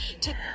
take